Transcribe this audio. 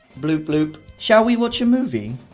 bloop bloop shall we watch a movie?